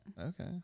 Okay